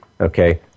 okay